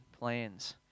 Plans